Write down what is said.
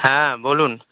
হ্যাঁ বলুন